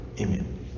Amen